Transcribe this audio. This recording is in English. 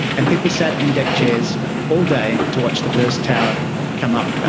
and people sat in deckchairs all day to watch the first tower come up.